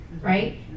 Right